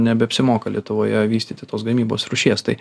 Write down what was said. nebeapsimoka lietuvoje vystyti tos gamybos rūšies tai